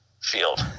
field